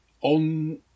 On